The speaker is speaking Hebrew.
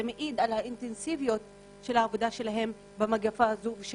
זה מעיד על האינטנסיביות של עבודתם בתקופה זו ועל